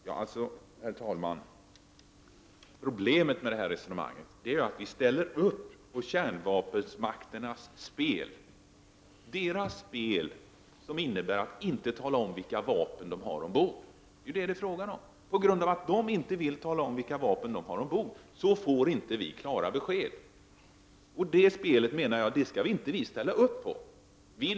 Herr talman! Problemet med detta resonemang är att vi ställer upp på kärnvapenmakternas spel, som innebär att inte tala om vilka vapen som finns ombord. Det är vad det handlar om. På grund av att kärnvapenmakterna inte vill tala om vilka vapen som finns ombord får vi inte klara besked. Jag menar att vi inte skall ställa upp på det spelet.